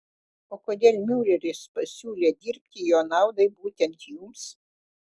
o kodėl miuleris pasiūlė dirbti jo naudai būtent jums